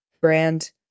brand